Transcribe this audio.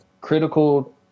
critical